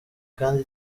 kandi